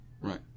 right